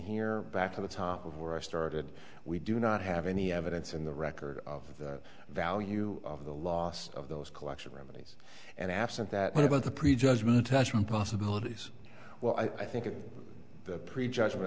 here back to the top of where i started we do not have any evidence in the record of the value of the last of those collection remedies and absent that what about the prejudgment attachment possibilities well i think if the pre judgment